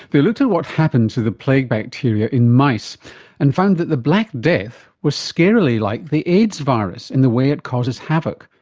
they looked at what happened to the plague bacteria in mice and found that the black death was scarily like the aids virus in the way it causes havoc,